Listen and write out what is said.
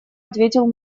ответил